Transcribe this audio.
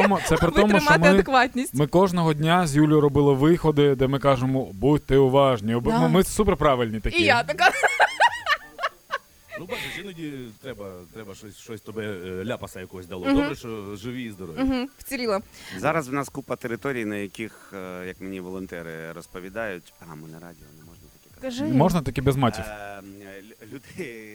Це при тому, Витримати що ми- адекватність. ми кожного дня з Юлією робили виходи, де ми кажемо, «Будьте уважні». Об- ну, Да. ми суперправильні такі. І я така. Ну, бачиш, іноді треба- треба щось- щось тебе, е, ляпаса якогось дало. Мгм. Добре, що живі і здорові. Мгм, вціліла. Ну. Зараз в нас купа територій, на яких, е, як мені волонтери розповідають- а, ми на радіо, не можна таке казати. Кажи. Можна таки без матів? Е, лю- люди,